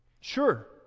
Sure